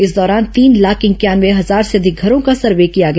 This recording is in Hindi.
इस दौरान तीन लाख इंक्यानवे हजार से अधिक घरों का सर्वे किया गया